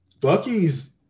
Bucky's